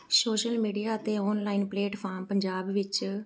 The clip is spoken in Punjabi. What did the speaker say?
ਸੋਸ਼ਲ ਮੀਡੀਆ ਅਤੇ ਔਨਲਾਈਨ ਪਲੇਟਫਾਰਮ ਪੰਜਾਬ ਵਿੱਚ